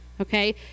Okay